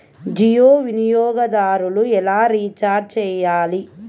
జియో వినియోగదారులు ఎలా రీఛార్జ్ చేయాలి?